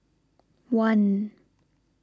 one